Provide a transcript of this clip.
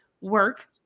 work